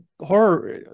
horror